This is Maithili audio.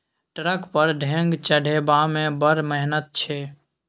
ट्रक पर ढेंग चढ़ेबामे बड़ मिहनत छै